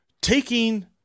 Taking